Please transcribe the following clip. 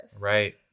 Right